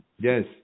Yes